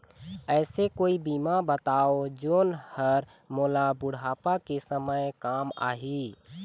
ऐसे कोई बीमा बताव जोन हर मोला बुढ़ापा के समय काम आही?